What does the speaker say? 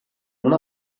una